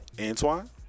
Antoine